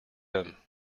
them